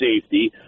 safety